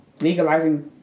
legalizing